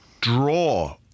draw